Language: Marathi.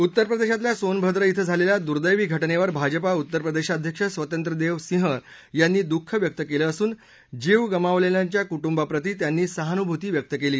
उत्तर प्रदेशातल्या सोनभद्र इथं झालेल्या दुदैवी घटनेवर भाजपा उत्तर प्रदेशाध्यक्ष स्वतंत्रदेव सिंह यांनी दुःख व्यक्त केलं असून जीव गमावलेल्यांच्या कुटुंबा प्रति त्यांनी सहानुभूती व्यक्त केली